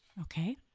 Okay